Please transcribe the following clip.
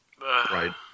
Right